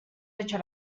hecho